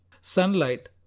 Sunlight